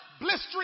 blistering